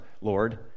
Lord